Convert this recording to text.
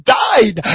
died